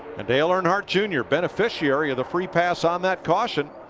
dale earnhardt jr, beneficiary of the free pass on that caution.